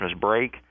break